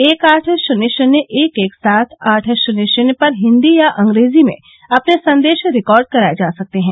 एक आठ शून्य शून्य एक एक सात आठ शून्य शून्य पर हिंदी या अंग्रेजी में अपने संदेश रिकार्ड कराए जा सकते हैं